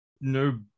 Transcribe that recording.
No